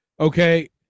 Okay